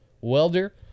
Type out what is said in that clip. welder